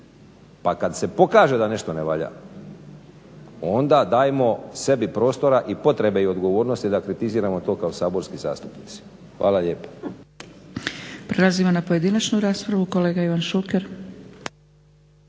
Pa kad se pokaže da nešto ne valja onda dajmo sebi prostora i potrebe i odgovornosti da kritiziramo to kao saborski zastupnici. Hvala lijepa.